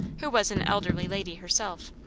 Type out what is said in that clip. who was an elderly lady herself.